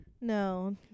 No